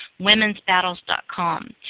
womensbattles.com